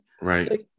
Right